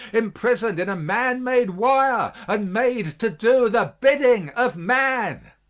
imprisoned in a man-made wire and made to do the bidding of man.